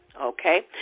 Okay